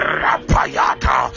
rapayata